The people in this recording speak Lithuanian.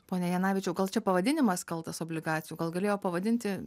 pone janavičiau gal čia pavadinimas kaltas obligacijų gal galėjo pavadinti